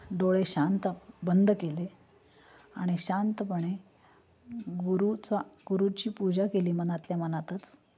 डोळे शांत बंद केले आणि शांतपणे गुरु चा गुरुची पूजा केली मनातल्या मनातच